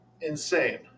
insane